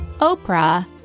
Oprah